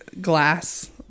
glass